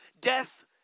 Death